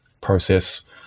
process